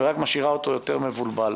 והיא רק משאירה אותו יותר מבולבל.